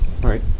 right